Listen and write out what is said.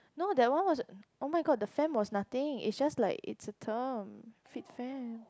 no there was oh-my-god the fam was nothing it's just like it's a term